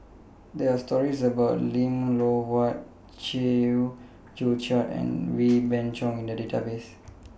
There Are stories about Lim Loh Huat Chew Joo Chiat and Wee Beng Chong in The Database